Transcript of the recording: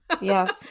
yes